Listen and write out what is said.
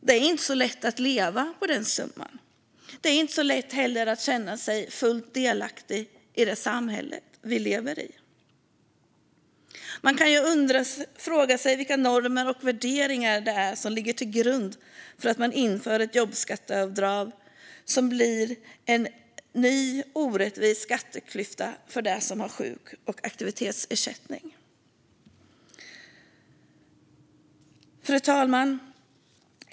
Det är inte så lätt att leva på den summan. Det är inte heller så lätt att känna sig fullt delaktig i det samhälle vi lever i. Man kan fråga sig vilka normer och värderingar det är som ligger till grund för att man inför ett jobbskatteavdrag som blir en ny orättvis skatteklyfta för dem som har sjuk och aktivitetsersättning. Fru talman!